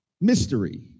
mystery